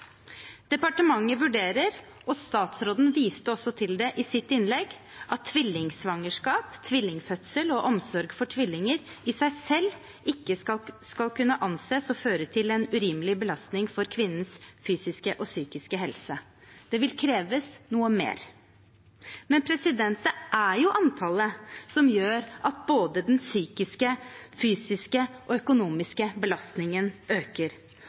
Departementet vurderer, og statsråden viste også til det i sitt innlegg, at tvillingsvangerskap, tvillingfødsel og omsorg for tvillinger i seg selv ikke skal kunne anses å føre til en urimelig belastning for kvinnens fysiske og psykiske helse. Det vil kreves noe mer. Men det er jo antallet som gjør at både den psykiske, den fysiske og den økonomiske belastningen øker.